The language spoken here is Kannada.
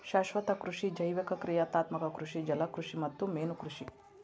ಶಾಶ್ವತ ಕೃಷಿ ಜೈವಿಕ ಕ್ರಿಯಾತ್ಮಕ ಕೃಷಿ ಜಲಕೃಷಿ ಮತ್ತ ಮೇನುಕೃಷಿ